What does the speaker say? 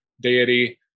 deity